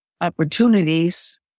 opportunities